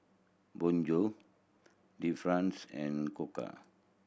Bonjour Delifrance and Koka